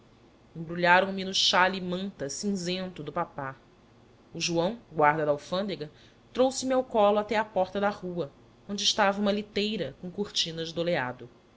embrulharam me no xale manta cinzento do papá o joão guarda da alfândega trouxe-me ao colo até à porta da rua onde estava uma liteira com cortinas de oleado